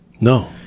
No